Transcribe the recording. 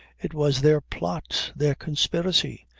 it was their plot, their conspiracy!